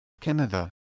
Canada